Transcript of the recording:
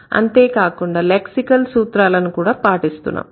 అంతేకాకుండా లెక్సికల్ సూత్రాలను కూడా పాటిస్తున్నాం